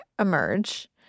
emerge